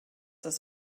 das